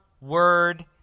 word